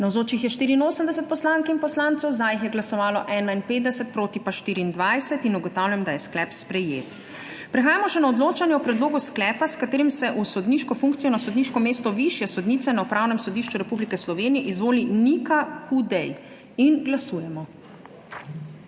Navzočih je 84 poslank in poslancev, za jih je glasovalo 51, proti pa 24. (Za je glasovalo 51.) (Proti 24.) Ugotavljam, da je sklep sprejet. Prehajamo še na odločanje o predlogu sklepa, s katerim se v sodniško funkcijo na sodniško mesto višje sodnice na Upravnem sodišču Republike Slovenije izvoli Nika Hudej. Glasujemo.